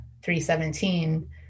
317